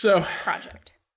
project